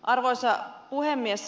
arvoisa puhemies